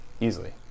Easily